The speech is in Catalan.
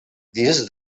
dins